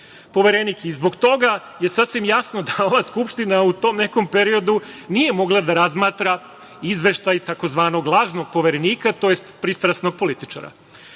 Poverenik i zbog toga je sasvim jasno da ova Skupština u tom nekom periodu nije mogla da razmatra izveštaj tzv. lažnog poverenika, odnosno pristrasnog političara. Ovde